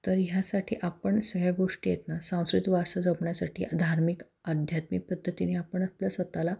तर ह्यासाठी आपण सगळ्या गोष्टी आहेत ना वारसा जपण्यासाठी धार्मिक आध्यात्मिक पद्धतीने आपण आपल्या स्वतःला